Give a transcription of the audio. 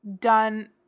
done